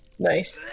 Nice